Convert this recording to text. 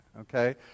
okay